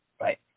right